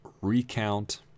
recount